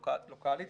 לוקלית,